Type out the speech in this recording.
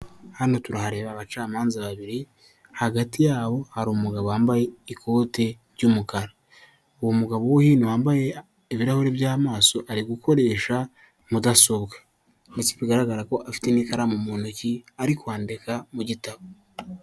Hano turahareba abacamanza babiri hagati yabo hari umugabo wambaye ikote ry'umukara. Uwo mugabo wo hino wambaye ibirahuri by'amaso ari gukoresha mudasobwa ndetse bigaragara ko afite n'ikaramu mu ntoki ari kwandika mu gitabo.